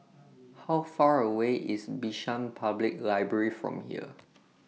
How Far away IS Bishan Public Library from here